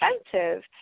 expensive